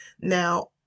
Now